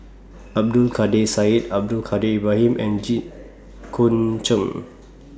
Abdul Kadir Syed Abdul Kadir Ibrahim and Jit Koon Ch'ng